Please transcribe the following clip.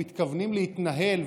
אבל גם אם אנחנו מתכוונים להתנהל,